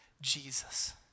Jesus